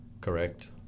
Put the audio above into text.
Correct